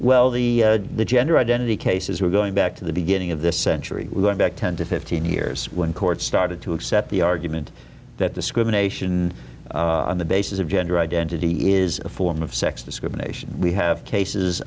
well the gender identity cases were going back to the beginning of the century going back ten to fifteen years when court started to accept the argument that discrimination on the basis of gender identity is a form of sex discrimination we have cases